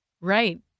Right